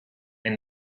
and